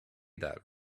that